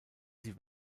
sie